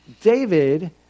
David